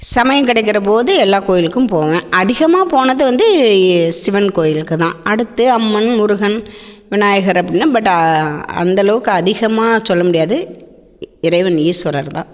சமயம் கிடைக்கிறபோது எல்லா கோயிலுக்கும் போவேன் அதிகமாக போனது வந்து சிவன் கோவிலுக்கு தான் அடுத்து அம்மன் முருகன் விநாயகர் அப்படின்னா பட்டு அந்தளவுக்கு அதிகமாக சொல்ல முடியாது இறைவன் ஈஸ்வரர் தான்